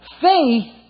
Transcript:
faith